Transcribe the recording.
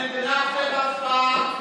אתם גנבתם הצבעה.